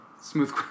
smooth